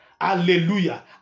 Hallelujah